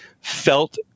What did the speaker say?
felt